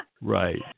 Right